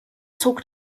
zog